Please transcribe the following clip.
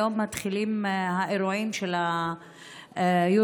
היום מתחילים האירועים של ה-Eurovision,